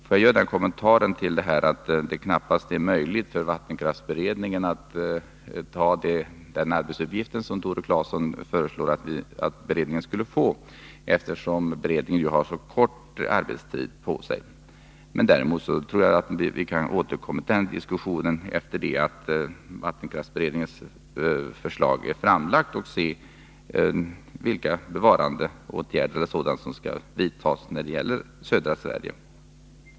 Låt mig göra den kommentaren att det knappast är möjligt för vattenkraftsberedningen att ta på sig den arbetsuppgift som Tore Claeson föreslår att beredningen skulle få, eftersom beredningen ju har så kort tid på sig att arbeta. Däremot tror jag att vi kan återkomma till den diskussionen efter det att vattenkraftsberedningens förslag är framlagt. Då kan vi se vilka bevarandeåtgärder som bör vidtas i södra Sverige.